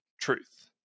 truth